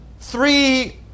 three